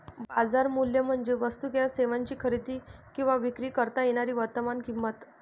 बाजार मूल्य म्हणजे वस्तू किंवा सेवांची खरेदी किंवा विक्री करता येणारी वर्तमान किंमत